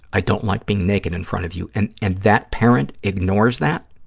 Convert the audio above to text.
i don't like being naked in front of you, and and that parent ignores that,